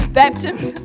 baptisms